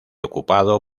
ocupado